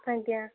ଆଜ୍ଞା